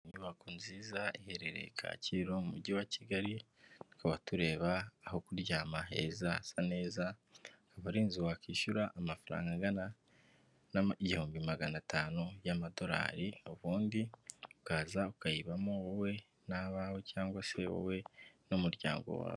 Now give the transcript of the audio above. Inyubako nziza iherereye Kacyiru mu mujyi wa Kigali. Tukaba tureba aho kuryama heza hasa neza, akaba ari inzu wakwishyura amafaranga angana n'ibihumbi magana atanu y'Amadolari, ubundi ukaza ukayibamo wowe n'abawe, cyangwa se wowe n'umuryango wawe.